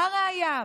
ה-ראיה,